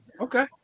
Okay